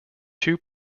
two